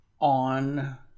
on